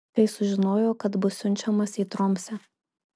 kai sužinojo kad bus siunčiamas į tromsę